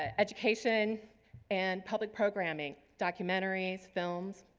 ah education and public programming documentaries, films.